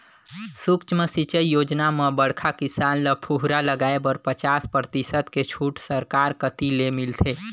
सुक्ष्म सिंचई योजना म बड़खा किसान ल फुहरा लगाए बर पचास परतिसत के छूट सरकार कति ले मिलथे